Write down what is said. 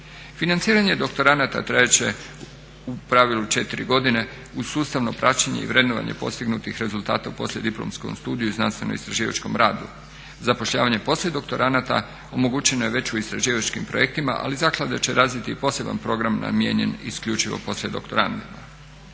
Financiranje doktoranata trajat će u pravilu 4 godine, uz sustavno praćenje i vrednovanje postignutih rezultata u poslijediplomskom studiju i znanstveno-istraživačkom radu. Zapošljavanje poslijedoktoranata omogućeno je već u istraživačkim projektima ali zaklada će razviti i poseban program namijenjen isključivo poslijedoktorantima.